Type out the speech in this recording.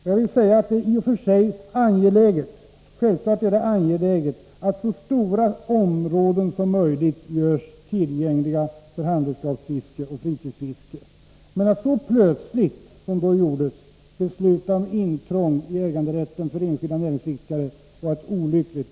Jag vill säga att det i och för sig självfallet är angeläget att så stora områden som möjligt görs tillgängliga för fritidsfiske med handredskap, men att så plötsligt som då skedde besluta om intrång i äganderätten för enskilda näringsidkare var olyckligt.